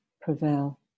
prevail